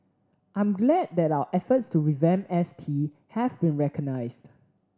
I'm glad that our efforts to revamp S T have been recognised